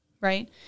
Right